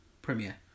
premiere